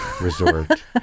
resort